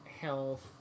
health